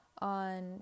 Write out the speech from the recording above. on